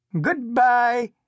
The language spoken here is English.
Goodbye